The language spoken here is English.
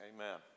Amen